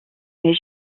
mais